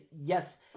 Yes